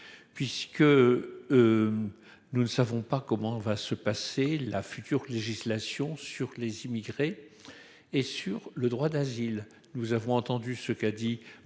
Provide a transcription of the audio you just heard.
Puisque. Nous ne savons pas comment va se passer la future législation sur les immigrés. Et sur le droit d'asile. Nous avons entendu ce qu'a dit